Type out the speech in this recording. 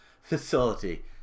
facility